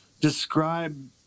describe